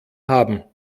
haben